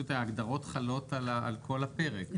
ההגדרות חלות על כל הפרק.